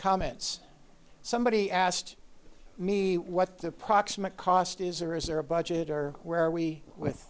comments somebody asked me what the approximate cost is or is there a budget or where are we with